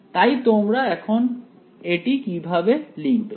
তাই তোমরা এখন এটি কিভাবে লিখবে